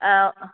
ஆ